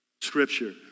scripture